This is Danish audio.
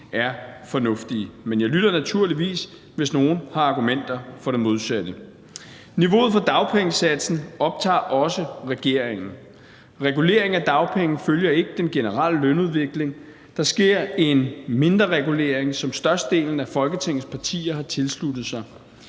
er fornuftige, men jeg lytter naturligvis, hvis nogen har argumenter for det modsatte. Niveauet for dagpengesatsen optager også regeringen. Reguleringen af dagpenge følger ikke den generelle lønudvikling. Der sker en mindreregulering, som størstedelen af Folketingets partier har tilsluttet sig.